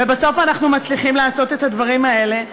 ובסוף אנחנו מצליחים לעשות את הדברים האלה.